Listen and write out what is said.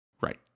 right